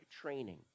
training